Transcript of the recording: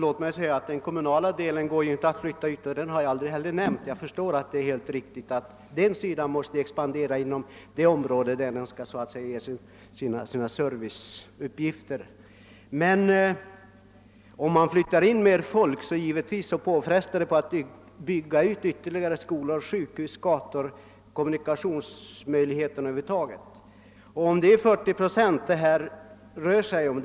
Herr talman! Den kommunala delen går inte att flytta. Jag har heller aldrig nämnt den. Jag förstår att denna sida måste expandera inom det området där den så att säga skall fylla sina serviceuppgifter. Om man flyttar in mer folk medför detta givetvis krav på en utbyggnad av skolor, sjukhus, gator och kommunikationer över huvud taget. Herr Hugosson nämner att den kommunala investeringsdelen i Göteborg rör sig om 40 procent, kvar finns 60 procent.